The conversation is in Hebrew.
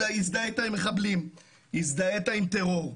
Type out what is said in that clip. אתה הזדהית עם מחבלים, הזדהית עם טרור.